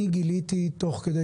גיליתי תוך כדי,